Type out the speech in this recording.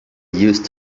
used